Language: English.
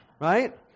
right